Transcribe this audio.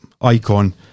icon